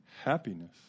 happiness